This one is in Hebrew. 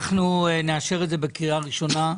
אנחנו נאשר את זה בקריאה הראשונה,